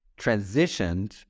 transitioned